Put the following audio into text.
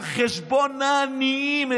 על חשבון העניים,